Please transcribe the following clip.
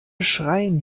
schreien